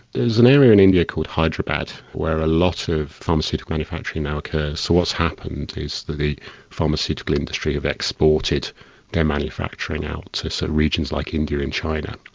there's an area in india called hyderabad where a lot of pharmaceutical manufacturing now occurs. what's happened is that the pharmaceutical industry has exported their manufacturing out to some regions like india and china.